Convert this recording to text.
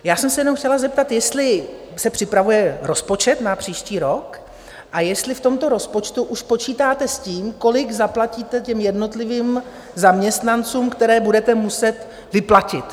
Já jsem se jenom chtěla zeptat, jestli se připravuje rozpočet na příští rok a jestli v tomto rozpočtu už počítáte s tím, kolik zaplatíte těm jednotlivým zaměstnancům, které budete muset vyplatit.